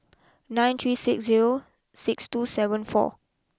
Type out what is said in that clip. nine three six zero six two seven four